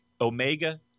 Omega